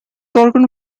organ